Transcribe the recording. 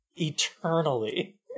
Eternally